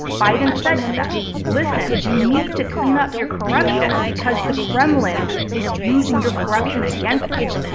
biden said to them, listen. you need to clean up your corruption because the kremlin is using your corruption against you.